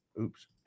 Oops